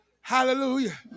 hallelujah